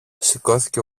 σηκώθηκε